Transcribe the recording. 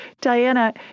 Diana